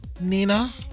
Nina